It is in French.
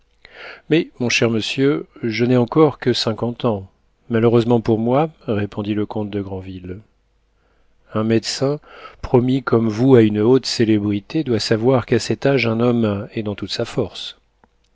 mais mon cher monsieur je n'ai encore que cinquante ans malheureusement pour moi répondit le comte de granville un médecin promis comme vous à une haute célébrité doit savoir qu'à cet âge un homme est dans toute sa force